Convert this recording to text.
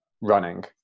running